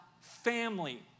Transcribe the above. family